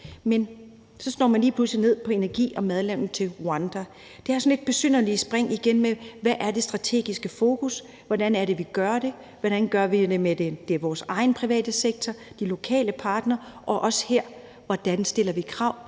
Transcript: Men så slår man lige pludselig ned på energi og madlavning til Rwanda. Det er sådan lidt besynderlige spring igen, med hensyn til hvad det strategiske fokus er, hvordan vi gør det, hvordan vi gør det med vores egen private sektor, de lokale partnere, og også her er spørgsmålet: Hvordan stiller vi krav